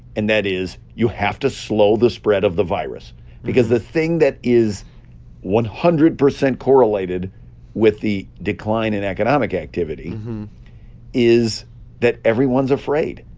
and that is you have to slow the spread of the virus because the thing that is one hundred percent correlated with the decline in economic activity is that everyone's afraid,